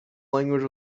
language